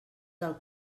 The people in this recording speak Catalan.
del